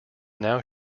now